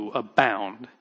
abound